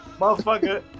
motherfucker